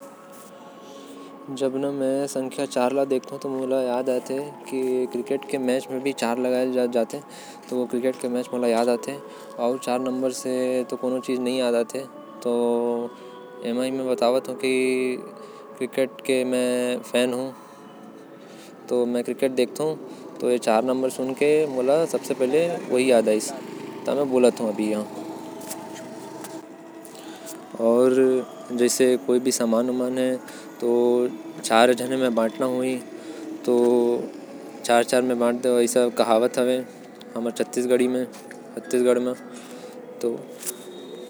संख्या चार सुनथो तो मोके क्रिकेट याद आ जाएल। काबर की क्रिकेटे म चौका लगेल जेकर चार रन मिलेल। अउ कुछ तो संख्या चार से मोके नही याद आएल।